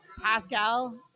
Pascal